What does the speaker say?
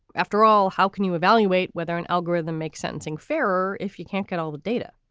after all, how can you evaluate whether an algorithm makes sentencing fairer? if you can't get all the data?